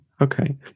Okay